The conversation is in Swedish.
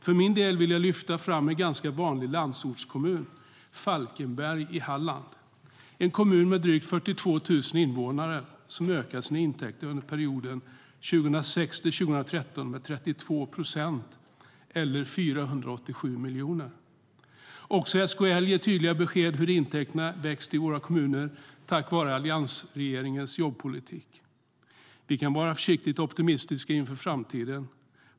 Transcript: För min del vill jag lyfta fram en ganska vanlig landsortskommun - Falkenberg i Halland. Det är en kommun med drygt 42 000 invånare som har ökat sina intäkter under perioden 2006 till 2013 med 32 procent eller 487 miljoner. Också SKL ger tydliga besked om hur intäkterna växt i våra kommuner tack vare Alliansregeringens jobbpolitik. Vi kan vara försiktigt optimistiska inför framtiden.